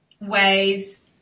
ways